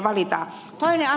toinen asia